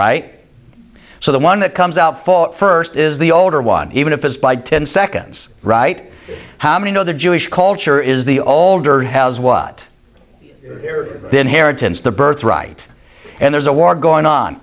right so the one that comes out for first is the older one even if it's by ten seconds right how many know the jewish culture is the older has what are the inheritance the birthright and there's a war going on